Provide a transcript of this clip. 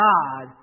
God